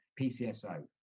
PCSO